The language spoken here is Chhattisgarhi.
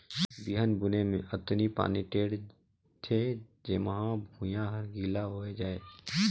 बिहन बुने मे अतनी पानी टेंड़ थें जेम्हा भुइयां हर गिला होए जाये